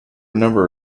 number